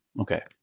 Okay